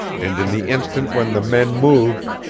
and in the instant when the men moved,